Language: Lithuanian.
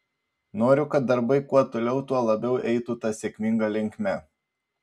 noriu kad darbai kuo toliau tuo labiau eitų ta sėkminga linkme